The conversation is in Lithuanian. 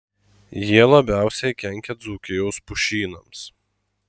jie labiausiai kenkia dzūkijos pušynams